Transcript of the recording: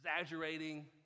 exaggerating